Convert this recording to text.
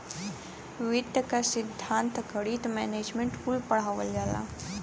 वित्त क सिद्धान्त, गणित, मैनेजमेंट कुल पढ़ावल जाला